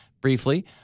briefly